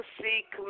seek